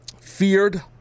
Feared